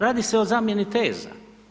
Radi se o zamjeni teza.